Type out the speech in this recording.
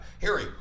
Harry